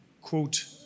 quote